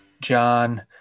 John